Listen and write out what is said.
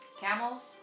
camels